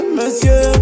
monsieur